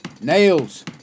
Nails